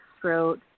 throat